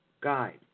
guide